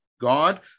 God